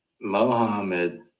Mohammed